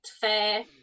fair